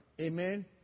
amen